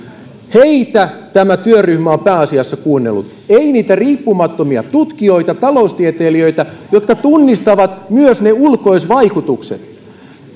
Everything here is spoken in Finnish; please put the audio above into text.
heitä tämä työryhmä on pääasiassa kuunnellut ei niitä riippumattomia tutkijoita taloustieteilijöitä jotka tunnistavat myös ne ulkoisvaikutukset